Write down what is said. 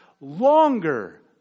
longer